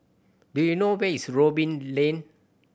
do you know where is Robin Lane